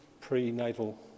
prenatal